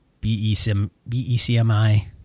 BECMI